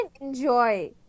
enjoy